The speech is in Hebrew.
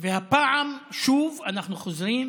והפעם שוב אנחנו חוזרים